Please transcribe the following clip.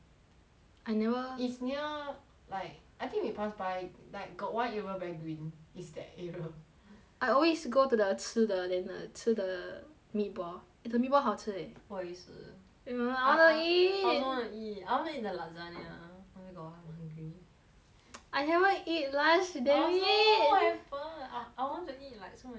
I never is near like I think we pass by like got one area very green is that area I always go to the 吃的 then the 吃 the meatball eh the meatball 好吃 eh 我也是 I want to eat I also want to eat I want to eat the lasagna oh my god I'm hungry I haven't eat lunch today eat I also I want to eat like so many things